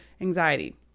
anxiety